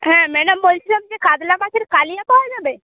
হ্যাঁ ম্যাডাম বলছিলাম যে কাতলা মাছের কালিয়া পাওয়া যাবে